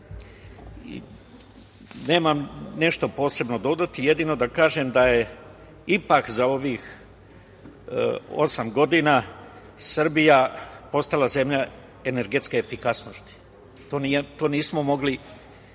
Nemam nešto posebno dodati, jedino da kažem da je ipak za ovih osam godina Srbija postala zemlja energetske efikasnosti. To nismo mogli